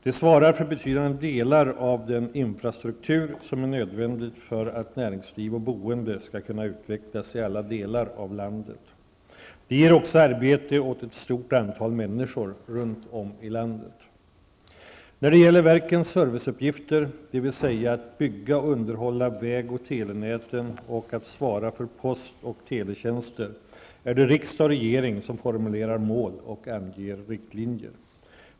De svarar för betydande delar av den infrastruktur som är nödvändig för att näringsliv och boende skall kunna utvecklas i alla delar av landet. De ger också arbete åt ett stort antal människor runt om i landet. När det gäller verkens serviceuppgifter, dvs. att bygga och underhålla väg och telenäten och att svara för post och teletjänster, är det riksdag och regering som formulerar mål och anger riktlinjer.